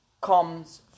comes